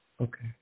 Okay